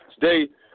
Today